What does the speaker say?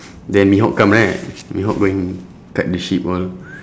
then mihawk come right mihawk go and cut the ship all